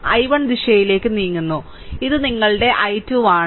I1 ദിശയിലേക്ക് നീങ്ങുന്നു ഇത് നിങ്ങളുടെ i2 ആണ്